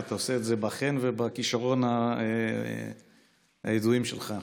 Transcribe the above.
ואתה עושה את זה בחן ובכישרון הידועים שלך,